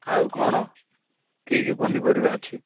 ଆଉ କ'ଣ କି କି ପନିପରିବା ଅଛି